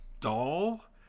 doll